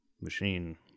machine